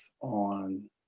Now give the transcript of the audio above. on